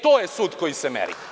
To je sud koji se meri.